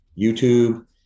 YouTube